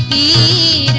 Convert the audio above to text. ie